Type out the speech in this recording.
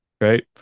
Right